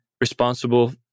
responsible